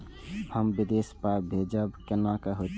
हम विदेश पाय भेजब कैना होते?